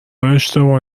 اشتباه